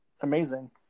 amazing